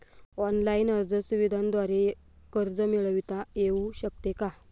Online अर्ज सुविधांद्वारे कर्ज मिळविता येऊ शकते का?